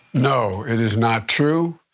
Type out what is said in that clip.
no. it is not true.